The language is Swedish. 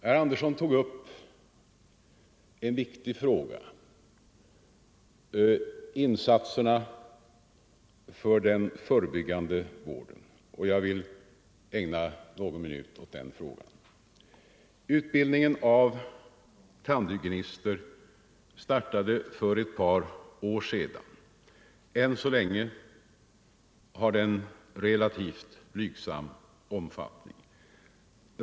Herr Andersson tog upp en viktig fråga — insatserna för den förebyggande vården. Jag vill ägna någon minut åt den frågan. Utbildningen av tandhygienister startade för ett par år sedan. Än så länge har den en relativt blygsam omfattning.